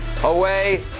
away